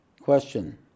Question